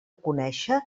conéixer